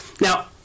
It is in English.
Now